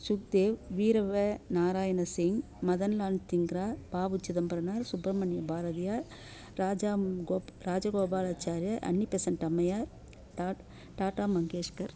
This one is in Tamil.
சுக்தேவ் வீரவ நாராயண சிங் மதன் லால் டிங்கரா வ உ சிதம்பரனார் சுப்ரமணிய பாரதியார் ராஜா கோப் ராஜகோபாலாச்சாரி அன்னி பெசன்ட் அம்மையார் டா டாடா மங்கேஷ்கர்